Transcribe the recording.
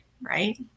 Right